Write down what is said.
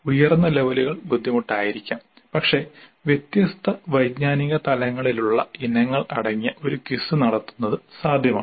ഉയർന്ന ലെവലുകൾ ബുദ്ധിമുട്ടായിരിക്കാം പക്ഷേ വ്യത്യസ്ത വൈജ്ഞാനിക തലങ്ങളിലുള്ള ഇനങ്ങൾ അടങ്ങിയ ഒരു ക്വിസ് നടത്തുന്നത് സാധ്യമാണ്